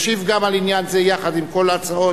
ישיב גם על עניין זה יחד עם כל ההצעות